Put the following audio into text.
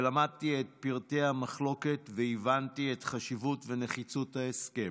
למדתי את פרטי המחלוקת והבנתי את חשיבות ונחיצות ההסכם.